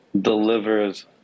delivers